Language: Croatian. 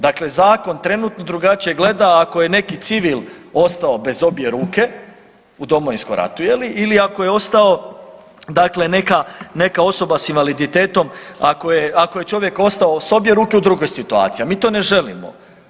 Dakle, zakon trenutno drugačije gleda ako je neki civil ostao bez obje ruke u Domovinskom ratu ili ako je ostao, dakle neka osoba sa invaliditetom ako je čovjek ostao sa obje ruke u drugoj situaciji, a mi to ne želimo.